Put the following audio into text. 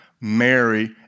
Mary